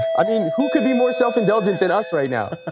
i mean, who could be more self indulgent than us right now?